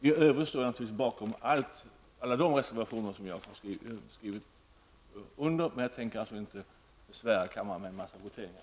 I övrigt står jag naturligtvis bakom alla reservationer som jag har skrivit under, men jag skall inte besvära kammaren med en mängd voteringar.